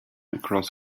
across